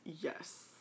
yes